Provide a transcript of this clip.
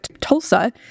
Tulsa